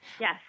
Yes